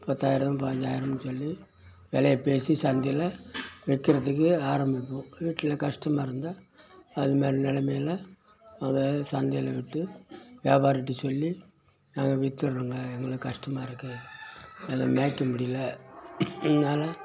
பத்தாயிரம் பைஞ்சாயிரம்ன்னு சொல்லி வெலையை பேசி சந்தையில் விக்கிறதுக்கு ஆரம்பிப்போம் வீட்டில் கஷ்டமாக இருந்தால் அதுமாதிரி நெலமையில் அதை சந்தையில் விற்று வியாபாரிகிட்ட சொல்லி நாங்கள் வித்துடுறோங்க எங்களுக்கு கஷ்டமாக இருக்கு என்னால் மேய்க்க முடியல அதனால்